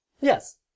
Yes